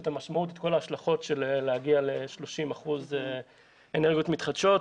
את המשמעות ואת כל ההשלכות להגיע ל-30 אחוזים אנרגיות מתחדשות,